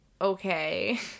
okay